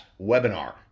webinar